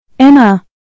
Emma